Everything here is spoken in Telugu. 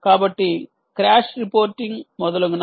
కాబట్టి క్రాష్ రిపోర్టింగ్ మొదలగునవి